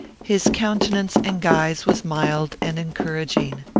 his countenance and guise was mild and encouraging.